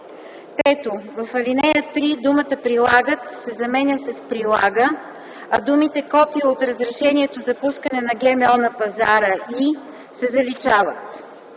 3. В ал. 3 думата „прилагат” се заменя с „прилага”, а думите „копие от разрешението за пускане на ГМО на пазара и” се заличават.